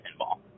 pinball